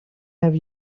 have